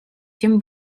тем